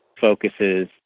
focuses